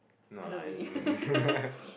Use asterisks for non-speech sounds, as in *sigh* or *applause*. I don't believe *laughs*